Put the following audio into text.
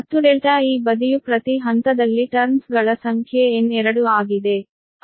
ಮತ್ತು ∆ ಈ ಬದಿಯು ಪ್ರತಿ ಹಂತದಲ್ಲಿ ಟರ್ನ್ಸ್ ಗಳ ಸಂಖ್ಯೆ N2 ಆಗಿದೆ